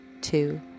two